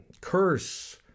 curse